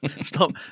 Stop